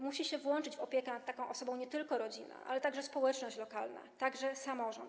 Musi się włączyć w opiekę nad taką osobą nie tylko rodzina, ale także społeczność lokalna, także samorząd.